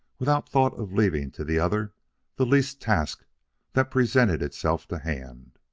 without thought of leaving to the other the least task that presented itself to hand.